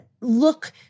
look